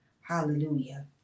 Hallelujah